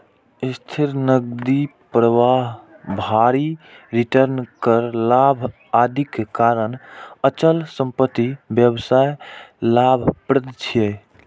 स्थिर नकदी प्रवाह, भारी रिटर्न, कर लाभ, आदिक कारण अचल संपत्ति व्यवसाय लाभप्रद छै